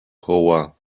koła